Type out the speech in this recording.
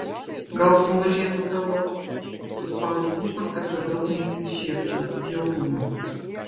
gal sumažėtų tavo suspaudžiu lūpas kad per daug neišsišiepčiau bjaurumas